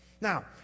Now